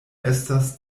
estas